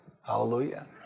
Hallelujah